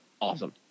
awesome